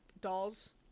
dolls